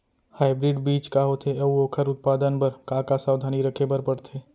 Hybrid बीज का होथे अऊ ओखर उत्पादन बर का का सावधानी रखे बर परथे?